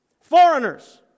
foreigners